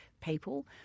people